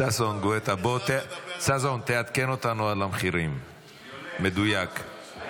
ששון, תעדכן אותנו על המחירים, מדויק.